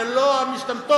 זה לא המשתמטות,